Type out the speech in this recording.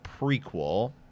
prequel